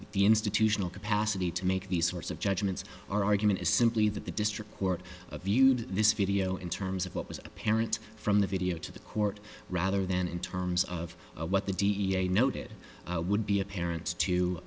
the institutional capacity to make these sorts of judgments our argument is simply that the district court of viewed this video in terms of what was apparent from the video to the court rather than in terms of what the d a noted would be a parents to